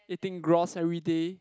eating grass everyday